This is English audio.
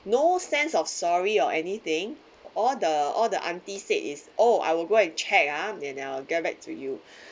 no sense of sorry or anything all the all the auntie said is oh I will go and check ah then I will get back to you